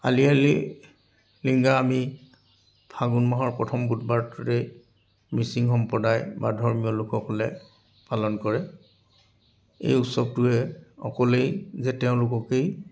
আলি আলি লৃগাং আমি ফাগুণ মাহৰ প্ৰথম বুধবাৰটোৰে মিচিং সম্প্ৰদায় বা ধৰ্মীয় লোকসকলে পালন কৰে এই উৎসৱটোৱে অকলেই যে তেওঁলোককেই